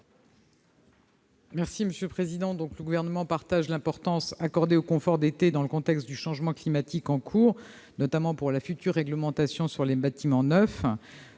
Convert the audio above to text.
du Gouvernement ? Le Gouvernement partage l'importance accordée au confort d'été dans le contexte du changement climatique en cours, notamment pour la future réglementation sur les bâtiments neufs.